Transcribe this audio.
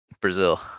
Brazil